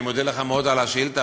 אני מודה לך מאוד על השאילתה,